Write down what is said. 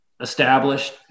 established